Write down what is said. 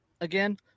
again